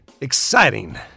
exciting